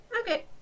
Okay